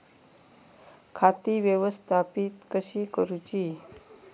खाती व्यवस्थापित कशी करूची?